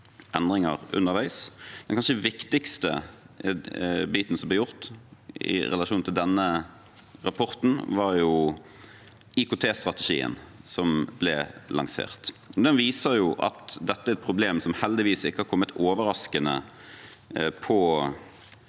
endringer underveis. Den kanskje viktigste biten som ble gjort i relasjon til denne rapporten, var IKT-strategien som ble lansert. Den viser at dette er et problem som heldigvis ikke har kommet overraskende på